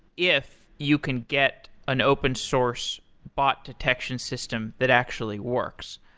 if you can get an open source bot detection system that actually works.